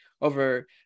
over